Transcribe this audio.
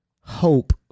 hope